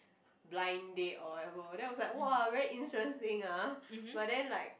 blind date or whatever then I was like !wah! very interesting ah but then like